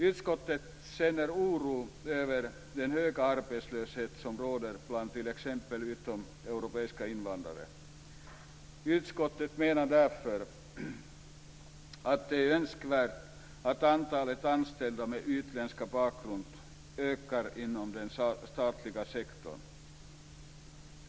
Utskottet känner oro över den höga arbetslöshet som råder bland t.ex. Utskottet menar därför att det är önskvärt att antalet anställda med utländsk bakgrund ökar inom den statliga sektorn.